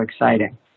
exciting